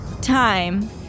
time